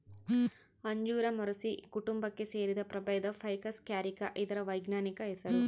ಅಂಜೂರ ಮೊರಸಿ ಕುಟುಂಬಕ್ಕೆ ಸೇರಿದ ಪ್ರಭೇದ ಫೈಕಸ್ ಕ್ಯಾರಿಕ ಇದರ ವೈಜ್ಞಾನಿಕ ಹೆಸರು